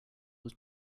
was